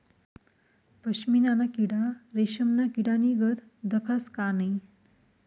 पशमीना ना किडा रेशमना किडानीगत दखास का नै